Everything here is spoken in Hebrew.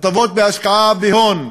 הטבות בהשקעה בהון,